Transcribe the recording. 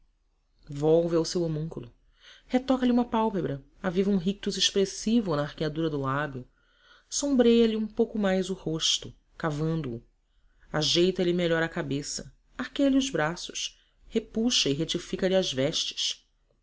volve ao seu homúnculo retoca lhe uma pálpebra aviva um ricto expressivo na arqueadura do lábio sombreia lhe um pouco mais o rosto cavando o ajeita lhe melhor a cabeça arqueia lhe os braços repuxa e reifica lhe as vestes